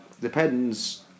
depends